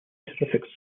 terrific